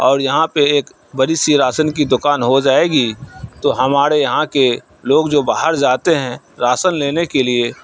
اور یہاں پہ ایک بڑی سی راشن کی دکان ہو جائے گی تو ہمارے یہاں کے لوگ جو باہر جاتے ہیں راشن لینے کے لیے